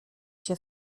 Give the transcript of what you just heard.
się